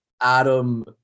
adam